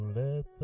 let